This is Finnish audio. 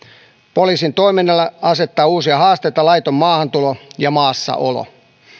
poliisin toiminnalle asettaa uusia haasteita laiton maahantulo ja maassaolo